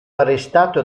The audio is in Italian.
arrestato